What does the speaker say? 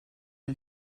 and